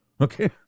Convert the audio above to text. Okay